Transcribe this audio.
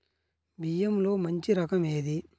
బియ్యంలో మంచి రకం ఏది?